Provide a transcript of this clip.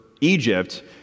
Egypt